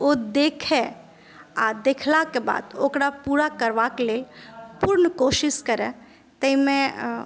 ओ देखए आ देखला के बाद ओकरा पूरा करबा के लेल पूर्ण कोशिश करए ताहिमे